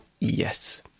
Yes